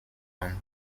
land